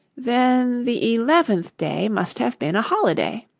then the eleventh day must have been a holiday